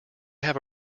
have